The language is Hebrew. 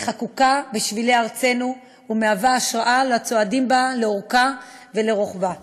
היא חקוקה בשבילי ארצנו ומהווה השראה לצועדים בה לאורכה ולרוחבה.